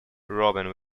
robin